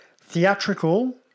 Theatrical